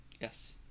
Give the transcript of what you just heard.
Yes